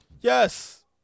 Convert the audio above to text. Yes